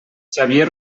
xavier